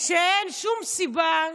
אין שום סיבה,